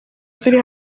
ziri